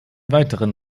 weiteren